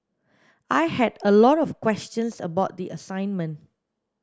I had a lot of questions about the assignment